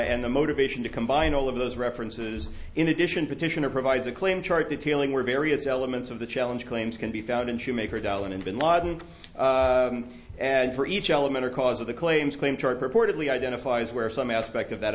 and the motivation to combine all of those references in addition petition or provides a claim chart detailing were various elements of the challenge claims can be found in shoemaker dahlan and bin laden and for each element of cause of the claims claims are purportedly identifies where some aspect of that